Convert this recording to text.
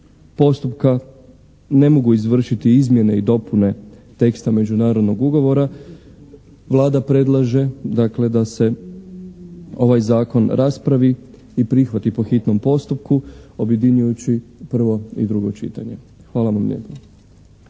postupka ne mogu izvršiti izmjene i dopune teksta međunarodnog ugovora, Vlada predlaže dakle da se ovaj zakon raspravi i prihvati po hitnom postupku objedinjujući prvo i drugo čitanje. Hvala vam lijepo.